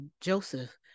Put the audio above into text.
Joseph